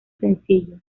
sencillo